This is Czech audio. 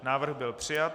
Návrh byl přijat.